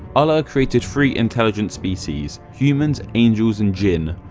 allah created three intelligent species, humans, angels, and jinn.